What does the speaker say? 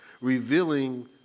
revealing